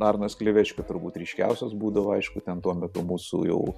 arnas klevečka turbūt ryškiausias būdavo aišku ten tuo metu mūsų jau